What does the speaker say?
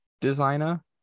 designer